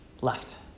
left